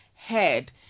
head